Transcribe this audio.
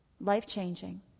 Life-changing